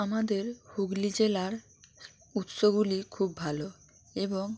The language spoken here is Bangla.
আমাদের হুগলি জেলার উৎসগুলি খুব ভালো এবং